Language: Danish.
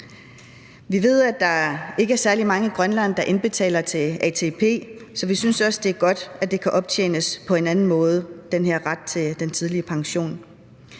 Vi ved, at der ikke er særlig mange i Grønland, der indbetaler til ATP, så vi synes også, at det er godt, at det kan optjenes på en anden måde, altså den her ret til tidlig pension.